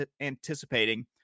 anticipating